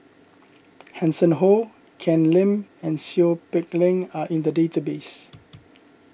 Hanson Ho Ken Lim and Seow Peck Leng are in the database